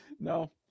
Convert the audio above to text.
No